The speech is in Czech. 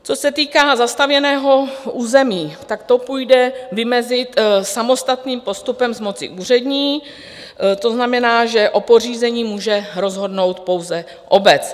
Co se týká zastavěného území, to půjde vymezit samostatným postupem z moci úřední, to znamená, že o pořízení může rozhodnout pouze obec.